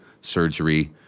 surgery